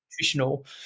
nutritional